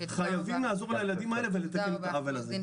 חייבים לעזור לילדים האלה ולתקן את העוול הזה.